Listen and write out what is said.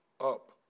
up